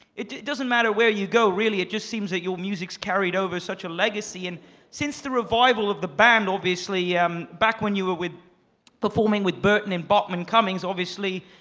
it doesn't matter where you go really, it just seems that your music's carried over such a legacy. and since the revival of the band obviously yeah um back when you were with performing with burton and bachman cummings, obviously,